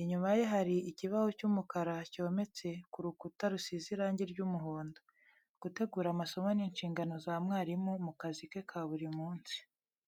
Inyuma ye hari ikibaho cy'umukara cyometse ku rukuta rusize irangi ry'umuhondo. Gutegura amasomo ni inshingano za mwarimu mu kazi ke ka buri munsi.